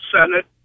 Senate